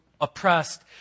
oppressed